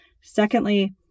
Secondly